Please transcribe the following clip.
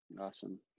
Awesome